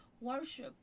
worship